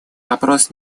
вопрос